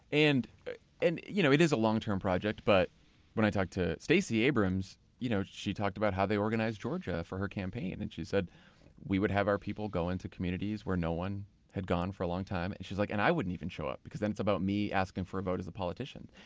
and and you know it is a longterm project. but when i talked to stacey abrams, you know she talked about how they organized georgia for her campaign and she said we would have our people go into communities where no one had gone for a long time. she's like, and i wouldn't even show up because then it's about me asking for a vote as a politician.